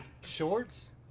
Shorts